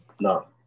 No